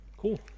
Cool